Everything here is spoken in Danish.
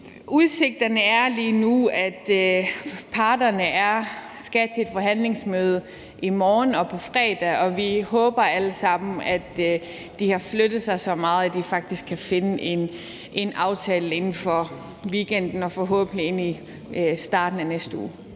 Udsigterne er lige nu, at parterne skal til et forhandlingsmøde i morgen og på fredag, og vi håber alle sammen, at de har flyttet sig så meget, at de faktisk kan finde en aftale i løbet af weekenden eller forhåbentlig ind i starten af næste uge.